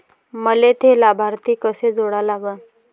मले थे लाभार्थी कसे जोडा लागन?